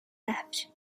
left